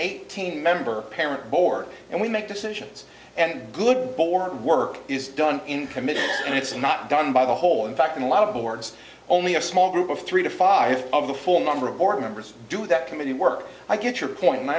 eighteen member parent board and we make decisions and good board work is done in committee and it's not done by the whole in fact in a lot of boards only a small group of three to five of the full number of board members do that committee work i get your point and i